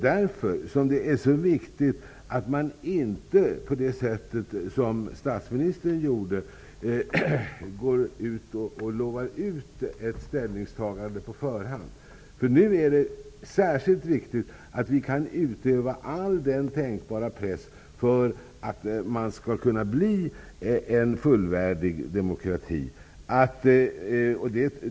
Därför är det så viktigt att man inte, på det sätt som statsministern gjorde, lovar ut ett ställningstagande på förhand. Nu är det särskilt viktigt att vi kan utöva all tänkbar press för att Ryssland skall kunna bli en fullvärdig demokrati.